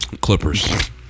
Clippers